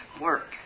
work